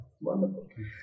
Wonderful